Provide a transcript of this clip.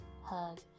hug